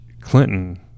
Clinton